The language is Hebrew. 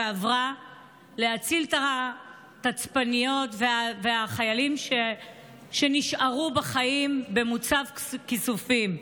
ועברה להציל את התצפיתניות והחיילים שנשארו בחיים במוצב כיסופים,